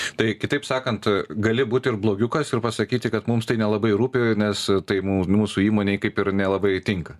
štai kitaip sakant gali būt ir blogiukas ir pasakyti kad mums tai nelabai rūpi nes tai mu mūsų įmonei kaip ir nelabai tinka